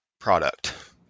product